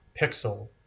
pixel